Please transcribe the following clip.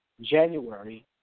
January